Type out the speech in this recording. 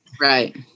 Right